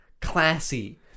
classy